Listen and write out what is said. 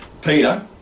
Peter